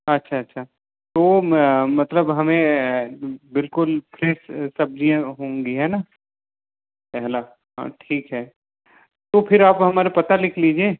अच्छा अच्छा तो मतलब हमें बिल्कुल फ्रेस सब्ज़ियाँ होंगी है ना पहला हाँ ठीक है तो फिर हमारा पता लिख लीजिए